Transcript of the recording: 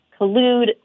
collude